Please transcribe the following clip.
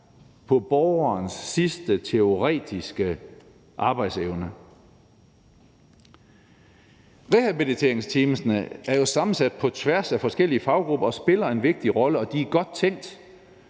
på borgerens sidste teoretiske arbejdsevne. Rehabiliteringsteams er jo sammensat på tværs af forskellige faggrupper og spiller en vigtig rolle, og de er godt tænkt.